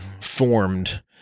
formed